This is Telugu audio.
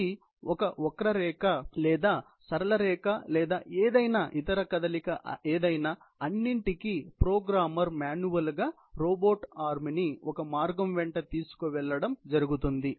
అది ఒక వక్రరేఖ లేదా సరళ రేఖ లేదా ఏదైనా ఇతర కదలిక ఏదయినా అన్నింటికి ప్రోగ్రామర్ మ్యానువల్ గా రోబోట్ ఆర్మ్ ని మార్గం వెంట తీసుకు వెళ్ళడం జరుగుతుంది